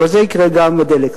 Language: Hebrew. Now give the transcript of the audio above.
וזה יקרה גם לדלק.